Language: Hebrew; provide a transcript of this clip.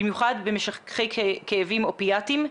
במיוחד במשככי כאבים אופיאטים,